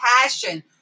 passion